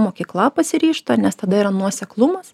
mokykla pasiryžta nes tada yra nuoseklumas